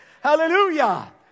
Hallelujah